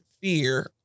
fear